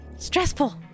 Stressful